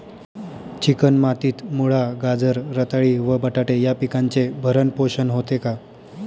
Chicken मातीत मुळा, गाजर, रताळी व बटाटे या पिकांचे भरण पोषण होते का?